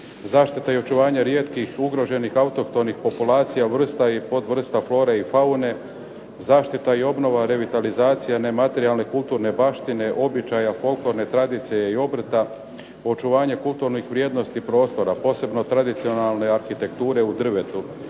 Zaštita i očuvanje rijetkih, ugroženih, autohtonih populacija, vrsta i podvrsta, flore i faune, zaštita i obnova, revitalizacija nematerijalne kulturne baštine, običaja, folklorne tradicije i obrta, očuvanje kulturnih vrijednosti prostora, posebno tradicionalne arhitekture u drvetu,